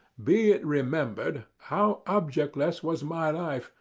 be it remembered, how objectless was my life,